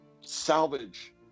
salvage